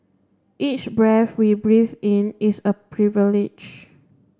each breath we breathe in is a privilege